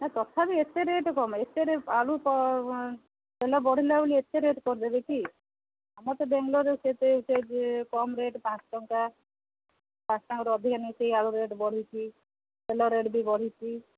ନା ତଥାପି ଏତେ ରେଟ୍ କମ ଏତେ ରେଟ୍ ଆଳୁ ତେଲ ବଢ଼ିଲା ବୋଲି ଏତେ ରେଟ୍ କରିଦେବେ କି ଆମର ତ ବେଙ୍ଗଲୋର ସେତେ କମ୍ ରେଟ୍ ପାଞ୍ଚ ଟଙ୍କା ପାଞ୍ଚ ଟଙ୍କାରୁ ଅଧିକା ନାଇଁ ସେହି ଆଳୁ ରେଟ୍ ବଢ଼ିଛି ତେଲ ରେଟ୍ ବି ବଢ଼ିଛି